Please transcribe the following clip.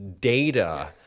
data